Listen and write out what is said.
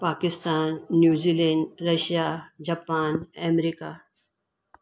Pakistan New Zealand Russia Japan America